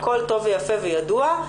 הכל טוב ויפה וידוע,